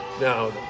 Now